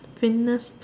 fitness